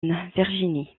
virginie